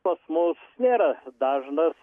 pas mus nėra dažnas